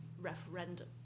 referendum